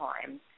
time